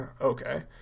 okay